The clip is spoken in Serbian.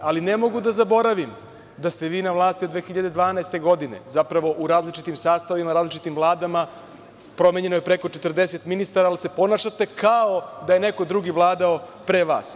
Ali ne mogu da zaboravim da ste vi na vlasti od 2012. godine, zapravo u različitim sastavima, različitim Vladama, promenjeno je preko 40 ministara, ali se ponašate kao da je neko drugi vladao pre vas.